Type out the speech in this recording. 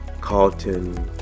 Carlton